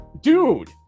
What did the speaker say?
Dude